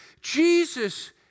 Jesus